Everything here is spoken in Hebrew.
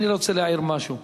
אני רוצה להעיר משהו.